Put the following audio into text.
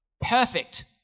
Perfect